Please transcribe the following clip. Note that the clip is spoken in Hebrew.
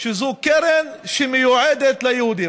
שזאת קרן שמיועדת ליהודים.